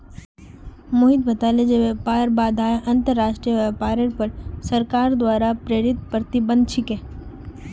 मोहित बताले जे व्यापार बाधाएं अंतर्राष्ट्रीय व्यापारेर पर सरकार द्वारा प्रेरित प्रतिबंध छिके